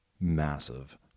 massive